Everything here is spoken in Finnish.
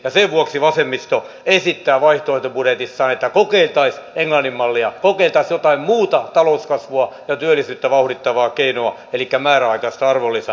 sen vuoksi vasemmisto esittää vaihtoehtobudjetissaan että kokeiltaisiin englannin mallia kokeiltaisiin jotain muuta talouskasvua ja työllisyyttä vauhdittavaa keinoa elikkä määräaikaista arvonlisäveron alentamista